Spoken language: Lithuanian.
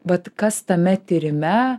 bet kas tame tyrime